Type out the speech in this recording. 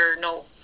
no